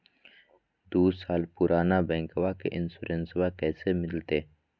दू साल पुराना बाइकबा के इंसोरेंसबा कैसे मिलते?